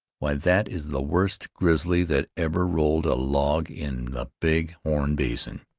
why, that is the worst grizzly that ever rolled a log in the big horn basin.